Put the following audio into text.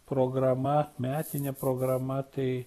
programa metinė programa tai